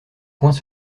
poings